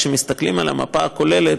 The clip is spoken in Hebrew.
כשמסתכלים על המפה הכוללת,